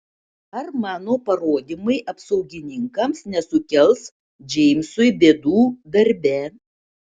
ar mano parodymai apsaugininkams nesukels džeimsui bėdų darbe